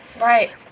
Right